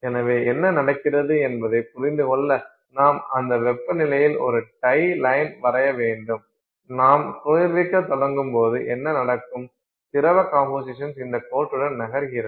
எனவே என்ன நடக்கிறது என்பதைப் புரிந்து கொள்ள நாம் அந்த வெப்பநிலையில் ஒரு டை லைன் வரைய வேண்டும் நாம் குளிர்விக்கத் தொடங்கும்போது என்ன நடக்கும் திரவ கம்போசிஷன் இந்த கோட்டுடன் நகர்கிறது